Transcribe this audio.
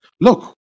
Look